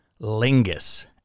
LINGUS